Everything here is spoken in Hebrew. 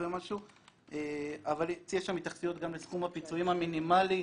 יש התייחסויות גם לסכום הפיצויים המינימאלי,